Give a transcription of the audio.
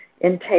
intake